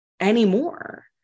anymore